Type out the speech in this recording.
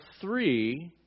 three